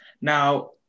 Now